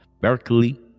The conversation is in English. Berkeley